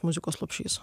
muzikos lopšys